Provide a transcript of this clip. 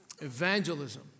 Evangelism